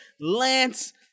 Lance